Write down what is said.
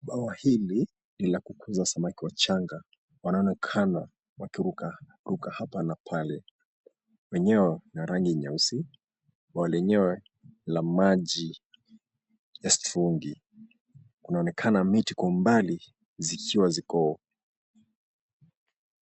Bawa hili ni la kukuza samaki wachanga wanaonekana wakirukaruka hapa na pale. Wenyewe wana rangi nyeusi, bwawa lenyewe la maji ya siturungi. Kunaonekana miti kwa mbali zikiwa ziko...